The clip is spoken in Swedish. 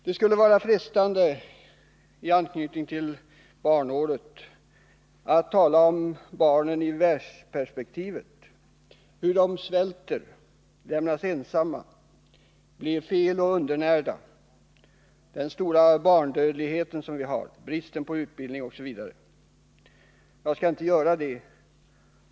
Det vore frestande att i anknytning till barnåret tala om barnen i världsperspektiv — hur de svälter, lämnas ensamma, blir underoch felnärda, den stora barndödligheten, bristen på utbildning osv. Jag skall inte göra det.